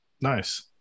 Nice